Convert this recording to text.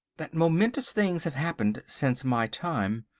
that momentous things have happened since my time.